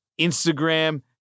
Instagram